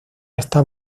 está